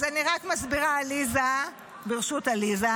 אז אני רק מסבירה, עליזה, ברשות עליזה,